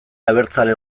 abertzale